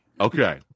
Okay